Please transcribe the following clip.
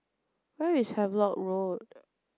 where is Havelock Road